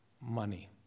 money